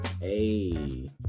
Hey